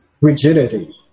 rigidity